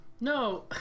No